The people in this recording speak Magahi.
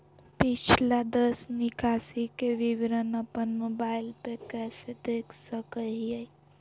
पिछला दस निकासी के विवरण अपन मोबाईल पे कैसे देख सके हियई?